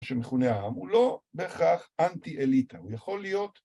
שמכונה העם, הוא לא בהכרח אנטי-אליטה, הוא יכול להיות...